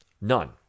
None